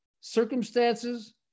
circumstances